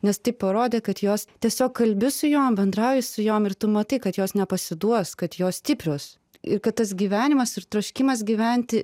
nes tai parodė kad jos tiesiog kalbi su jom bendrauji su jom ir tu matai kad jos nepasiduos kad jos stiprios ir kad tas gyvenimas ir troškimas gyventi